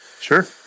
Sure